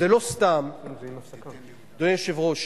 פעם ראשונה,